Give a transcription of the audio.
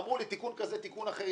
אמרו לי תיקון כזה, תיקון אחר.